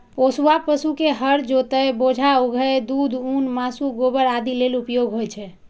पोसुआ पशु के हर जोतय, बोझा उघै, दूध, ऊन, मासु, गोबर आदि लेल उपयोग होइ छै